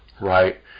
Right